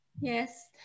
yes